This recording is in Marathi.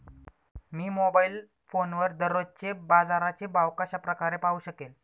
मी मोबाईल फोनवर दररोजचे बाजाराचे भाव कशा प्रकारे पाहू शकेल?